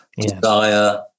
Desire